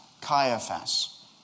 Caiaphas